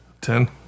Ten